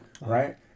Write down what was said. right